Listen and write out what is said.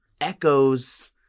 echoes